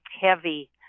heavy